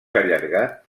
allargat